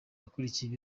yakurikiye